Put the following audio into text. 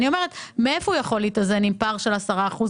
אני אומרת מאיפה יכול להתאזן עם פער של 10 אחוזים.